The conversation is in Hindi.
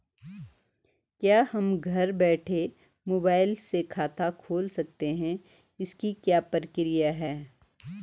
क्या हम घर बैठे मोबाइल से खाता खोल सकते हैं इसकी क्या प्रक्रिया है?